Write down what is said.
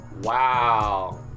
Wow